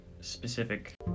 specific